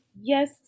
Yes